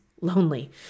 lonely